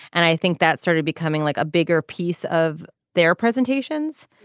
and i think that started becoming like a bigger piece of their presentations.